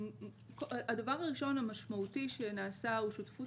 הדבר הראשון המשמעותי שנעשה הוא שותפות